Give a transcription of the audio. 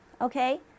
Okay